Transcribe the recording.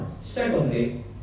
Secondly